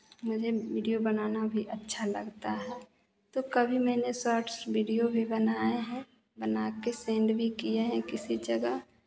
मुझे वीडिओ बनाना भी अच्छा लगता है तो कभी मैंने शॉर्ट्स वीडिओ भी बनाएं हैं बना के सेंड भी किए हैं किसी जगह